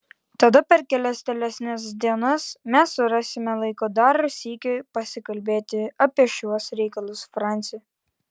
tada per kelias tolesnes dienas mes surasime laiko dar sykį pakalbėti apie šiuos reikalus franci